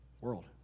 world